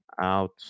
out